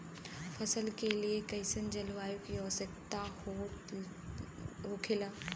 फसल के लिए कईसन जलवायु का आवश्यकता हो खेला?